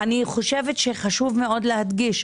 חשוב מאוד להדגיש,